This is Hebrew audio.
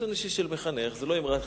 ניסיון אישי של מחנך, זה לא אמרת חז"ל,